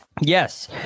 Yes